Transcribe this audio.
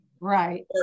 Right